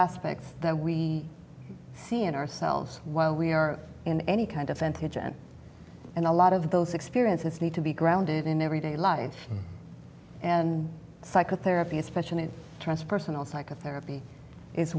aspects that we see in ourselves while we are in any kind of antigens and a lot of those experiences need to be grounded in everyday life and psychotherapy especially in transpersonal psychotherapy is